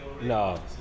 No